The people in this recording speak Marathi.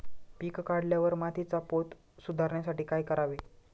पीक काढल्यावर मातीचा पोत सुधारण्यासाठी काय करावे?